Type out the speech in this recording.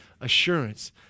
assurance